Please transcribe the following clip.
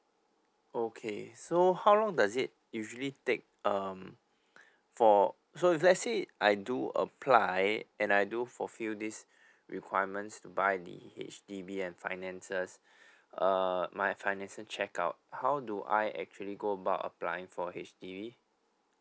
okay so how long does it usually take um for so if let's say I do apply and I do for few days requirements to buy the H_D_B and finances err my finances check out how do I actually go about applying for H_D_B